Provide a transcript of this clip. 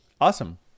Awesome